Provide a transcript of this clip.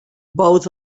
both